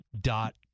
dot